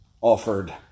offered